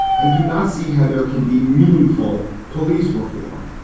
i do not see how there can be meaningful police reform.